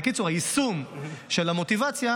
בקיצור, היישום של המוטיבציה